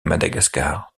madagascar